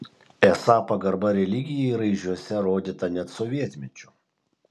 esą pagarba religijai raižiuose rodyta net sovietmečiu